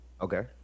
Okay